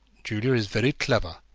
julia is very clever,